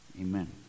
Amen